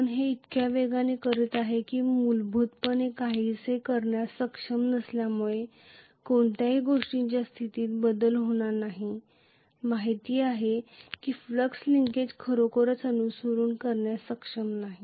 आपण हे इतक्या वेगाने करीत आहात की मूलभूतपणे काहीही करण्यास सक्षम नसल्यामुळे कोणत्याही गोष्टीच्या स्थितीत होणारा बदल आपल्याला माहित आहे की फ्लक्स लिंकेज खरोखरच अनुसरण करण्यास सक्षम नाही